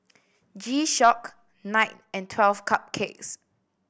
G Shock Knight and Twelve Cupcakes